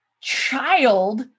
child